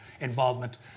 involvement